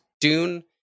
Dune